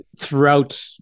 throughout